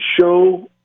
show